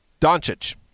Doncic